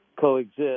coexist